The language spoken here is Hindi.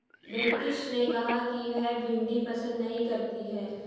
बिलकिश ने कहा कि वह भिंडी पसंद नही करती है